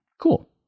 cool